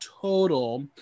total